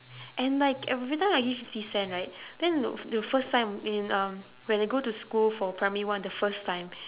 and like every time I give fifty cents right then uh th~ the first time in um when I go to school for primary one the first time